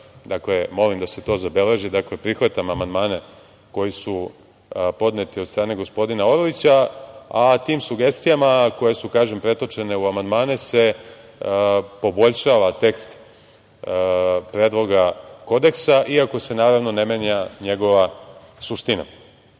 molim da se to zabeleži, prihvatam amandmane koji su podneti od strane gospodina Orlića, a tim sugestijama koje su, kažem, pretočene u amandmane se poboljšava tekst predloga kodeksa iako se, naravno, ne menja njegova suština. Ono